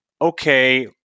okay